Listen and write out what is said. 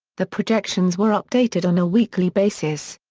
the projections were updated on a weekly basis.